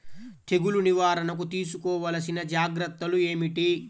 తెగులు నివారణకు తీసుకోవలసిన జాగ్రత్తలు ఏమిటీ?